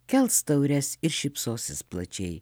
kels taures ir šypsosis plačiai